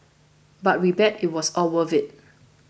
but we bet it was all worth it